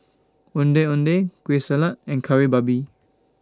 Ondeh Ondeh Kueh Salat and Kari Babi